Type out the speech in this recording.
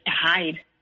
hide